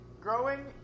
growing